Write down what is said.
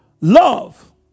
Love